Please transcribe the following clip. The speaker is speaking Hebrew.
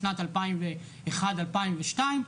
בשנת 2001-2001,